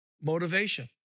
motivation